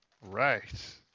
Right